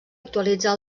actualitzar